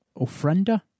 ofrenda